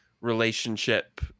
relationship